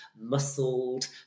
muscled